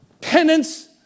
penance